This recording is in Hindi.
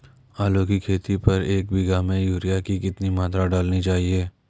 आलू की खेती पर एक बीघा में यूरिया की कितनी मात्रा डालनी चाहिए?